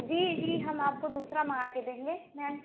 जी जी हम आपको दूसरा मंगा के देंगे मैम